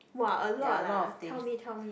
!wah! a lot lah tell me tell me